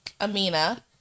Amina